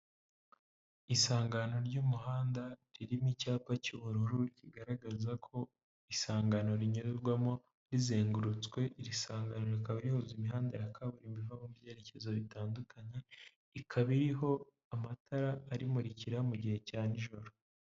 Isangano ry'umuhanda ririmo icyapa cy'ubururu kigaragaza ko isangano rinyurwamo rizengurutswe, iri sangano rikaba rihuza imihanda ya kaburimbo iva mu byerekezo bitandukanye, ikaba iriho amatara arimurikira mu gihe cya nijoro.